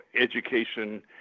education